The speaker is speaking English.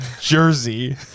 jersey